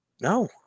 No